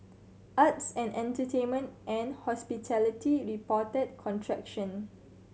arts and entertainment and hospitality reported contraction